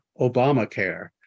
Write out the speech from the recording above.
Obamacare